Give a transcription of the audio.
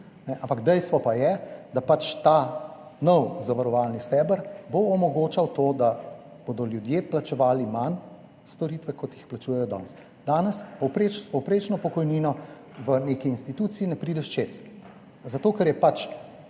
ampak dejstvo pa je, da pač ta nov zavarovalni steber bo omogočal to, da bodo ljudje plačevali manj za storitve, kot plačujejo danes. Danes s povprečno pokojnino v neki instituciji ne prideš čez, zato ker je pač